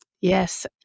Yes